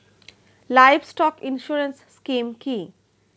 Livestock insurance scheme কি?